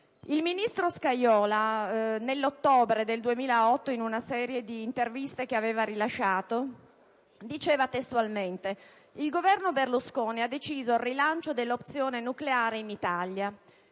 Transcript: Il ministro Scajola, nell'ottobre 2008, in una serie di interviste che aveva rilasciato, ha testualmente dichiarato: «Il Governo Berlusconi ha deciso il rilancio dell'opzione nucleare in Italia